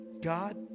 God